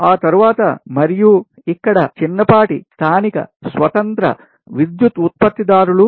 ఆ తరువాత మరియు ఇక్కడ చిన్నపాటి స్థానిక స్వతంత్ర విద్యుత్ ఉత్పత్తిదారులు